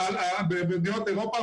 מדינות אירופה,